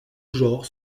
genre